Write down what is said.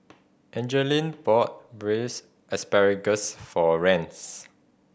Angeline bought Braised Asparagus for Rance